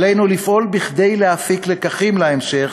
עלינו לפעול כדי להפיק לקחים להמשך,